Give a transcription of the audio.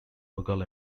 mughal